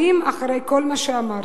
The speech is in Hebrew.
האם אחרי כל מה שאמרתי,